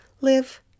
live